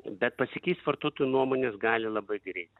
bet pasikeist vartotojų nuomonės gali labai greit